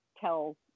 tell